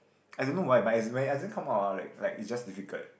I don't know why but it doesn't come out ah like like it's just difficult